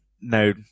no